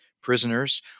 prisoners